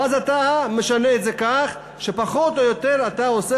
ואז אתה משנה את זה כך שפחות או יותר אתה עושה